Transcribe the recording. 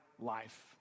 life